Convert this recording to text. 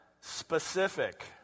specific